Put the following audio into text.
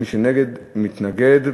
מי שנגד, מתנגד.